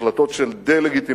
החלטות של דה-לגיטימציה,